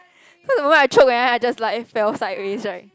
cause the moment I choke and then I just lie fell inside range right